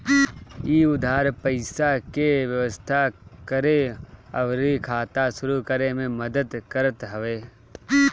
इ उधार पईसा के व्यवस्था करे अउरी खाता शुरू करे में मदद करत हवे